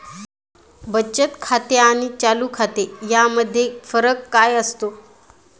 बचत खाते आणि चालू खाते यामध्ये फरक काय असतो?